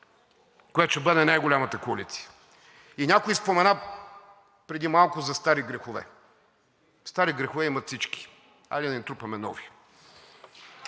което ще бъде най-голямата коалиция. И някой спомена преди малко за стари грехове. Стари грехове имат всички. Хайде да не трупаме нови.